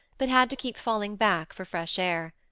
but had to keep falling back for fresh air.